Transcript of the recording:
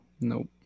Nope